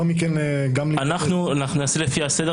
אנחנו כבר שנתיים,